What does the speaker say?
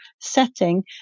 setting